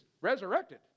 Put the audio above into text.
resurrected